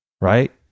right